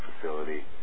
facility